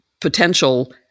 potential